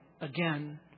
again